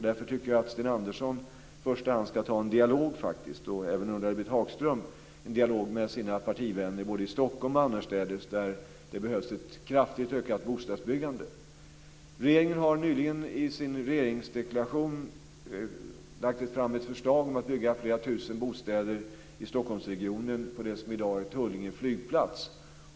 Därför tycker jag att Sten Andersson och även Ulla-Britt Hagström i första hand ska föra en dialog med sina partivänner i både Stockholm och annorstädes där det behövs ett kraftigt ökat bostadsbyggande. Regeringen har nyligen i sin regeringsdeklaration lagt fram ett förslag om att man ska bygga flera tusen bostäder i Stockholmsregionen, på det som i dag är Tullinge flygplats.